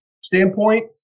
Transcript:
standpoint